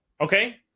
Okay